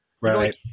Right